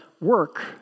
work